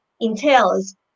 entails